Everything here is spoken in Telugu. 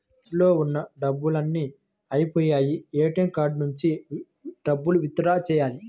పర్సులో ఉన్న డబ్బులన్నీ అయ్యిపొయ్యాయి, ఏటీఎం కార్డు నుంచి డబ్బులు విత్ డ్రా చెయ్యాలి